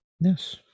Yes